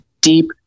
deep